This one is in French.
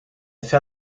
fait